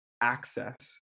access